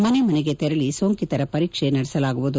ಮನೆ ಮನೆಗೆ ತೆರಳಿ ಸೋಂಕಿತರ ಪರೀಕ್ಷೆ ನಡೆಸಲಾಗುವುದು